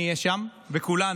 אני אהיה שם וכולנו